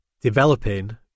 Developing